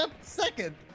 Second